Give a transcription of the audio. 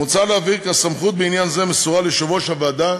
מוצע להבהיר כי הסמכות בעניין זה מסורה ליושב-ראש הוועדה,